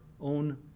own